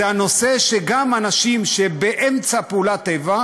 זה הנושא שגם אנשים שכתוצאה מפעולת איבה